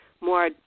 more